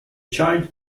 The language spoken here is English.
child